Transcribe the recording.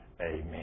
Amen